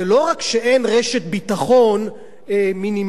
זה לא רק שאין רשת ביטחון מינימלית,